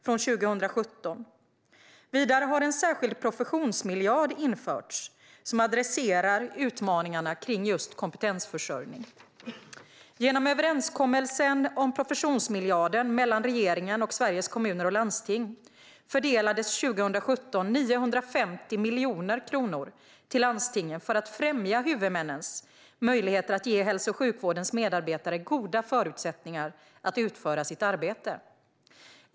Vidare har det införts en särskild professionsmiljard som adresserar utmaningarna med just kompetensförsörjning. Genom överenskommelsen mellan regeringen och Sveriges Kommuner och Landsting om professionsmiljarden fördelades 950 miljoner kronor till landstingen 2017, för att främja huvudmännens möjligheter att ge hälso och sjukvårdens medarbetare goda förutsättningar att utföra sitt arbete.